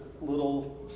little